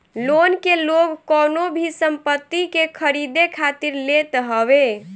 loan के लोग कवनो भी संपत्ति के खरीदे खातिर लेत हवे